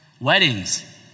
Weddings